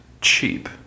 cheap